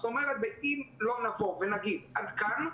זאת אומרת שאם לא נגיד עד כאן,